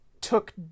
took